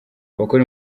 abakora